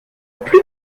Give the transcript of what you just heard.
plus